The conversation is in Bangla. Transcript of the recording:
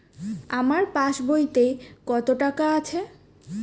আমার পাস বইতে কত টাকা আছে?